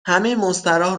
مستراح